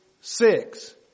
six